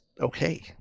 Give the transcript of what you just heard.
okay